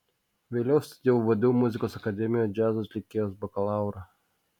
vėliau studijavau vdu muzikos akademijoje džiazo atlikėjos bakalaurą